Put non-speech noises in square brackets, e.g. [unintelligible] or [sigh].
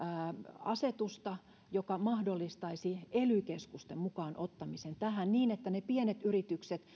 asetusta joka mahdollistaisi ely keskusten mukaan ottamisen tähän niin että ne pienet yritykset [unintelligible]